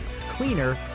cleaner